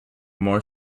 more